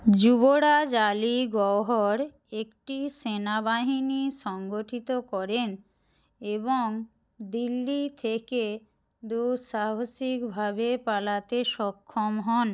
যুবরাজ আলী গওহর একটি সেনাবাহিনী সংগঠিত করেন এবং দিল্লি থেকে দুঃসাহসিকভাবে পালাতে সক্ষম হন